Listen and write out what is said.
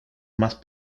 más